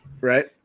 Right